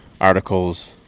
articles